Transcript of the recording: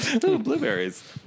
blueberries